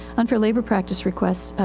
unfair labor practice requests, ah,